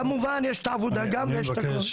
כמובן, יש את העבודה גם ויש את הכל.